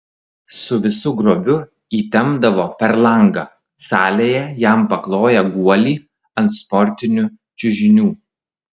su visu grobiu įtempdavo per langą salėje jam pakloję guolį ant sportinių čiužinių